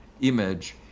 image